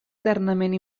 eternament